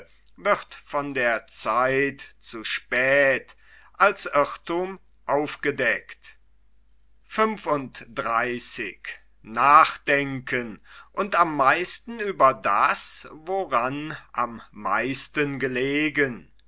wird von der zeit zu spät als irrthum aufgedeckt woran am meisten gelegen